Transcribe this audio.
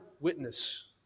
witness